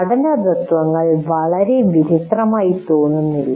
പഠന തത്വങ്ങൾ വളരെ വിചിത്രമായി തോന്നുന്നില്ല